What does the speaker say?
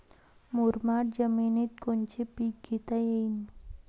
मुरमाड जमिनीत कोनचे पीकं घेता येईन?